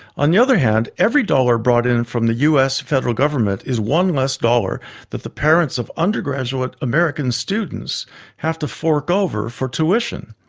on the other hand, every dollar brought in from the us federal government is one less dollar that the parents of undergraduate american students have to fork over for tuition.